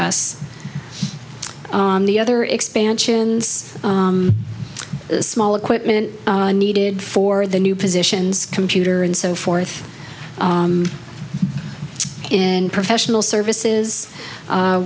us on the other expansions small equipment needed for the new positions computer and so forth in professional services